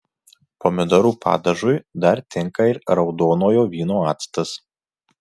pomidorų padažui dar tinka ir raudonojo vyno actas